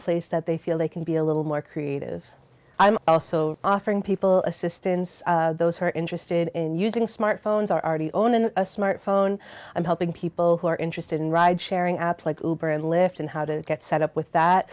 place that they feel they can be a little more creative i'm also offering people assistance those who are interested in using smartphones are already own in a smartphone i'm helping people who are interested in ride sharing apps like lift and how to get set up with that